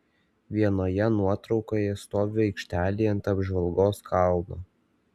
vienoje nuotraukoje stoviu aikštelėje ant apžvalgos kalno